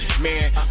man